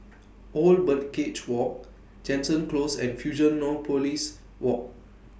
Old Birdcage Walk Jansen Close and Fusionopolis Walk